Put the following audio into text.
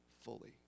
fully